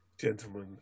gentlemen